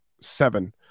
seven